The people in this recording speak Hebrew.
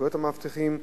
סמכויות המאבטחים,